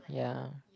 ya